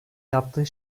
yaptığı